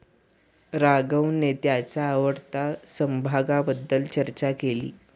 राघवने त्याच्या आवडत्या समभागाबद्दल चर्चा केली